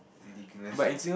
ridiculous lah